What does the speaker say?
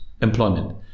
employment